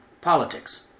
politics